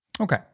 Okay